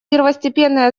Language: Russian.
первостепенной